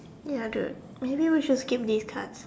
ya dude may be we should skip this card